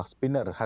Spinner